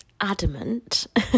adamant